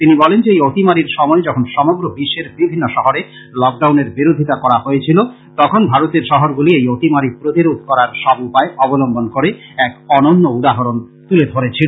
তিনি বলেন যে এই অতিমারীর সময় যখন সমগ্র বিশ্বের বিভিন্ন শহরে লকডাউনের বিরোধীতা করা হয়েছিল তখন ভারতের শহরগুলি এই অতিমারী প্রতিরোধ করার সব উপায় অবলম্বন করে এক অনন্য উদাহরন তুলে ধরেছিল